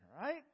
right